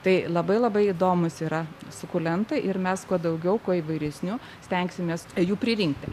tai labai labai įdomūs yra sukulentai ir mes kuo daugiau kuo įvairesnių stengsimės jų pririnkti